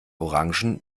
orangen